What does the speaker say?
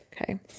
Okay